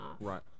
right